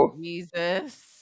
Jesus